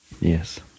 Yes